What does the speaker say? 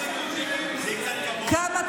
כבוד לראש ממשלה, באמת.